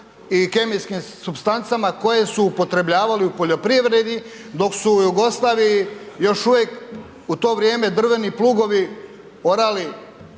i kemijskim supstancama koje su upotrebljavali u poljoprivredi dok su u Jugoslaviji još uvijek u to vrijeme drveni plugovi orali